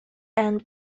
and